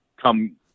come